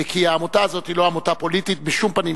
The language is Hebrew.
כי העמותה הזאת היא לא עמותה פוליטית בשום פנים,